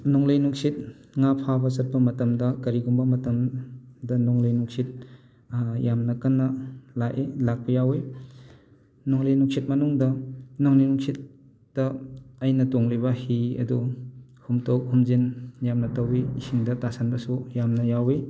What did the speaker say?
ꯅꯣꯡꯂꯩ ꯅꯨꯡꯁꯤꯠ ꯉꯥ ꯐꯥꯕ ꯆꯠꯄ ꯃꯇꯝꯗ ꯀꯔꯤꯒꯨꯝꯕ ꯃꯇꯝꯗ ꯅꯣꯡꯂꯩ ꯅꯨꯡꯁꯤꯠ ꯌꯥꯝꯅ ꯀꯟꯅ ꯂꯥꯛꯏ ꯂꯥꯛꯄ ꯌꯥꯎꯋꯤ ꯅꯣꯡꯂꯩ ꯅꯨꯡꯁꯤꯠ ꯃꯅꯨꯡꯗ ꯅꯣꯡꯂꯩ ꯅꯨꯡꯁꯤꯠꯇ ꯑꯩꯅ ꯇꯣꯡꯂꯤꯕ ꯍꯤ ꯑꯗꯨ ꯍꯨꯝꯇꯣꯛ ꯍꯨꯝꯖꯤꯟ ꯌꯥꯝꯅ ꯇꯧꯋꯤ ꯏꯁꯤꯡꯗ ꯇꯥꯁꯟꯕꯁꯨ ꯌꯥꯝꯅ ꯌꯥꯎꯋꯤ